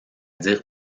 dire